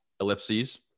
Ellipses